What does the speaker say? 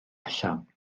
allan